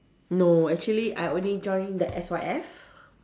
no actually I only joined the S_Y_F